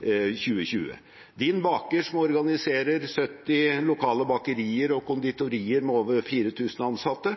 2020. Din Baker organiserer 70 lokale bakerier og konditorier med over 4 000 ansatte,